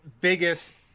biggest